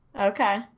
Okay